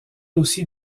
aussi